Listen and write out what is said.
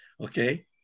Okay